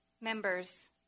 Members